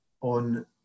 on